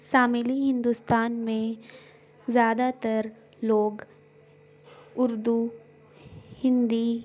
ساملی ہندوستان میں زیادہ تر لوگ اردو ہندی